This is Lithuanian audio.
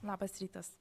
labas rytas